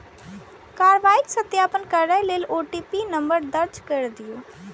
कार्रवाईक सत्यापन करै लेल ओ.टी.पी नंबर दर्ज कैर दियौ